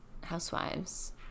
Housewives